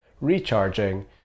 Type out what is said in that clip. recharging